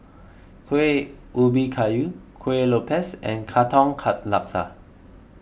Kuih Ubi Kayu Kueh Lopes and Katong Laksa